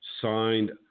signed